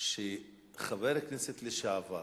שחבר כנסת לשעבר,